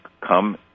come